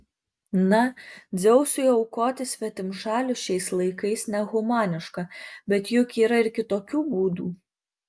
na dzeusui aukoti svetimšalius šiais laikais nehumaniška bet juk yra ir kitokių būdų